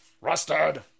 Rusted